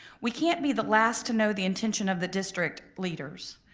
we can't be the last to know the intention of the district leaders.